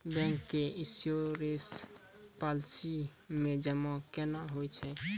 Bank के insurance policy मे जमा केना होय छै?